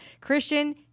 Christian